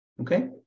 Okay